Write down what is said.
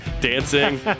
dancing